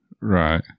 Right